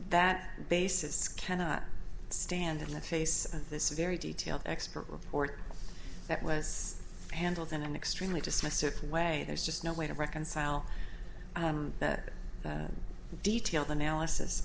that basis cannot stand in the face of this very detailed expert report that was handled in an extremely dismissive way there's just no way to reconcile the detailed analysis